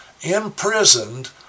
imprisoned